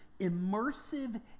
immersive